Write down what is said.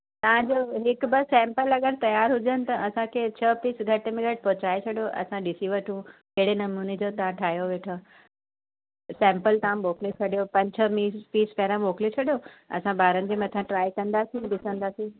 तव्हांजो हिकु ॿ सैंपल अगरि तियारु हुजनि त असांखे छह पीस घट में घटि पहुचाए छॾियो असां ॾिसी वठूं कहिड़े नमूने जो तव्हां ठाहियो वेठा सैंपल तव्हां मोकिले छॾियो पंज छह मील पीस पहिरियां मोकिले छॾियो असां ॿारनि जे मथां ट्राइ कंदासीं ॾिसंदासीं